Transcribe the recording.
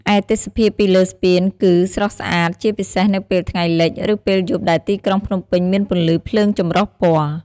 ឯទេសភាពពីលើស្ពានគឺស្រស់ស្អាត ជាពិសេសនៅពេលថ្ងៃលិច ឬពេលយប់ដែលទីក្រុងភ្នំពេញមានពន្លឺភ្លើងចម្រុះពណ៌។